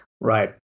Right